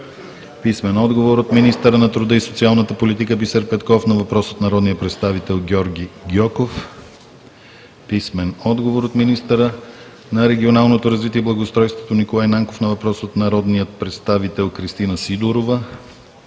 Ченчев; - министъра на труда и социалната политика Бисер Петков на въпрос от народния представител Георги Гьоков; - министъра на регионалното развитие и благоустройството Николай Нанков на въпрос от народния представител Кристина Сидорова;